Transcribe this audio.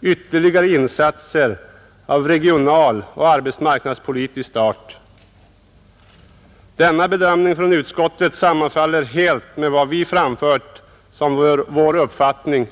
ytterligare insatser av regionaloch arbetsmarknadspolitisk art. Denna bedömning från utskottet sammanfaller helt med vad vi framfört i motionen som vår uppfattning.